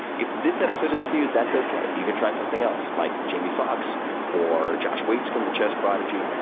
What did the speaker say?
if this episode isn't for you, that's okay. you can try something else, like jamie fox or josh waitzkin, the chess prodigy.